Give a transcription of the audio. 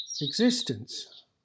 existence